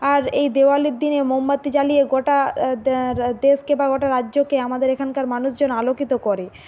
আর এই দেওয়ালির দিনে মোমবাতি জ্বালিয়ে গোটা দেশকে বা গোটা রাজ্যকে আমাদের এখানকার মানুষজন আলোকিত করে